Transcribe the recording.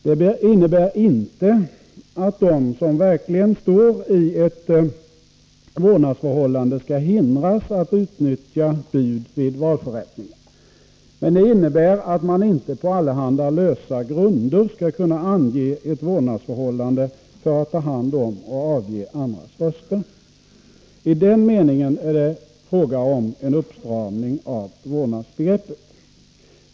Det innebär inte att de som verkligen står i ett vårdnadsförhållande skall hindras att utnyttja bud vid valförrättningen. Men det innebär att man inte på allehanda lösa grunder skall kunna ange ett vårdnadsförhållande som skäl för att ta hand om och avge andras röster. I den meningen är det fråga om en uppstramning av vårdnadsbegreppet.